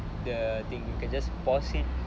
the thing you can just pause it